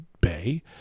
bay